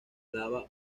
lava